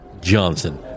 Johnson